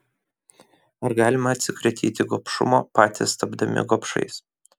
ar galime atsikratyti gobšumo patys tapdami gobšais